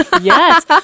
Yes